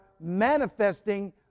manifesting